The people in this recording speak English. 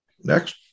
Next